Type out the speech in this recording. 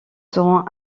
seront